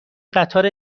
قطار